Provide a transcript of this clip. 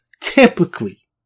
typically